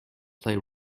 play